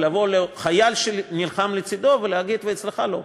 ולחייל שנלחם לצדו ולהגיד: ואצלך לא.